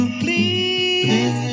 please